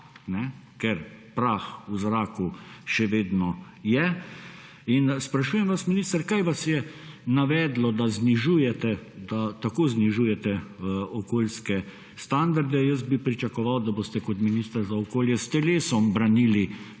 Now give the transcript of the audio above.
ker prah v zraku še vedno je. In sprašujem vas, minister: Kaj vas je navedlo, da tako znižujete okoljske standarde? Jaz bi pričakoval, da boste kot minister za okolje s telesom branili takšne